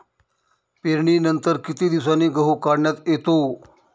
पेरणीनंतर किती दिवसांनी गहू काढण्यात येतो?